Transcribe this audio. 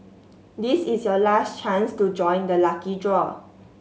this is your last chance to join the lucky draw